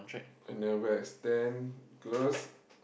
I never extend cause